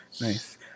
Nice